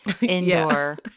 indoor